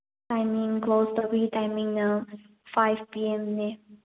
timing close ꯇꯧꯕꯒꯤ ꯇꯥꯏꯃꯤꯡꯅ five P ꯑꯦꯝꯅꯤ